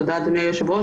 תודה, אדוני היושב-ראש.